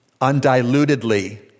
undilutedly